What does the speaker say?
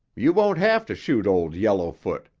you won't have to shoot old yellowfoot.